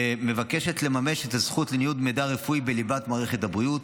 מבקשת לממש את הזכות לניוד מידע רפואי בליבת מערכת הבריאות,